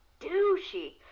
douchey